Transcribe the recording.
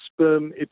sperm